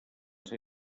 ser